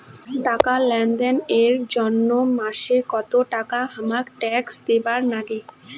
টাকা লেনদেন এর জইন্যে মাসে কত টাকা হামাক ট্যাক্স দিবার নাগে?